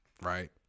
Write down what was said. Right